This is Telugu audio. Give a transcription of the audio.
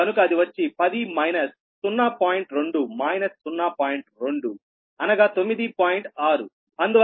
కనుక అది వచ్చి 10 0